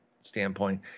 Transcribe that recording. standpoint